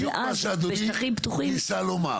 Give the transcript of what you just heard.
ואז בשטחים פתוחים --- זה בדיוק מה שאדוני ניסה לומר.